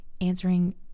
answering